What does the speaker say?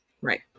Right